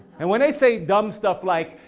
and when they say dumb stuff like,